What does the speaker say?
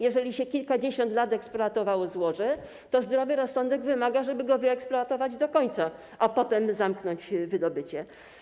Jeżeli się kilkadziesiąt lat eksploatowało złoże, to zdrowy rozsądek wymaga, żeby je wyeksploatować do końca, a potem zamknąć wydobycie.